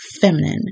feminine